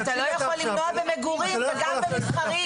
אבל אתה לא יכול למנוע במגורים וגם במסחריים.